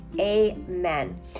Amen